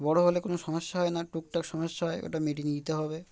বড়ো হলে কোনো সমস্যা হয় না টুকটাক সমস্যা হয় ওটা মেটি নিয়ে নিতে হবে